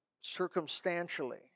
circumstantially